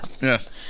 yes